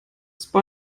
spy